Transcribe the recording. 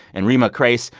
and reema khrais, so